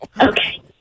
Okay